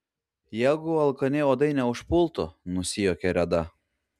jeigu alkani uodai neužpultų nusijuokė reda